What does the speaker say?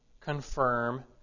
confirm